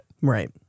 Right